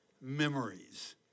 memories